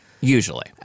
Usually